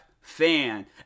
fan